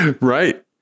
Right